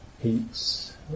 Heat's